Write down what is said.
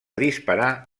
disparar